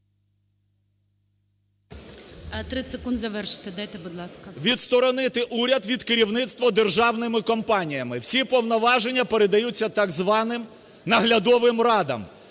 відсторонити уряд від керівництва державними компаніями. Всі повноваження передаються так званим наглядовим радам,